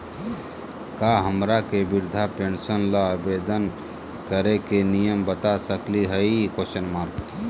का हमरा के वृद्धा पेंसन ल आवेदन करे के नियम बता सकली हई?